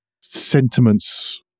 sentiments